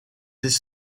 his